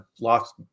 lost